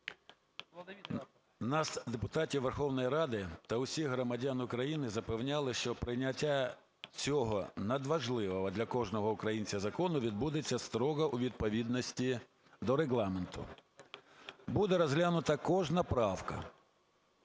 Нас, депутатів Верховної Ради, та усіх громадян України запевняли, що прийняття цього надважливого для кожного українця закону відбудеться строго у відповідності до Регламенту. Буде розглянута кожна правка.